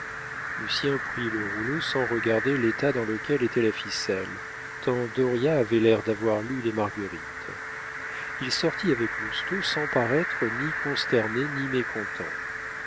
lucien prit le rouleau sans regarder l'état dans lequel était la ficelle tant dauriat avait l'air d'avoir lu les marguerites il sortit avec lousteau sans paraître ni consterné ni mécontent